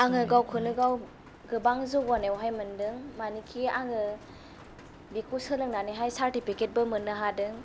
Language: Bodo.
आङो गावखौनो गाव गोबां जौगानायावहाय मोनदों मानोखि आङो बिखौ सोलोंनानैहाय सार्टिफिकेटबो मोननो हादों